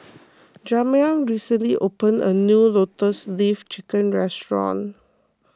Jamar recently opened a new Lotus Leaf Chicken Restaurant